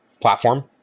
platform